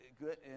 good